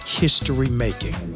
history-making